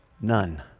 None